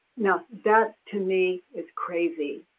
no, that to me is crazy.